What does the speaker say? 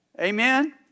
Amen